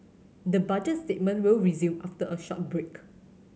the Budget statement will resume after a short break